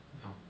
ya